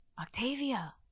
Octavia